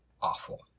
awful